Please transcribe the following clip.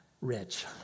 Rich